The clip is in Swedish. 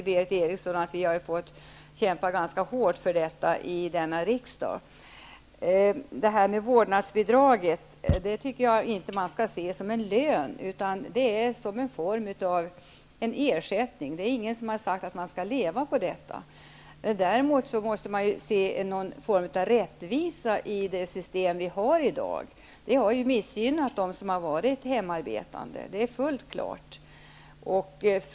Berith Eriksson vet att vi fick kämpa ganska hårt för detta i riksdagen. Vårdnadsbidraget tycker jag inte att man skall se som en lön, utan det är en form av ersättning. Ingen har sagt att man skall leva på det. Däremot måste man ha någon form av rättvisa i det system som vi har. Det som vi har i dag har missgynnat dem som har varit hemarbetande. Det är fullt klart.